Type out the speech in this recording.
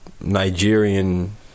Nigerian